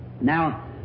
Now